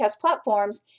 platforms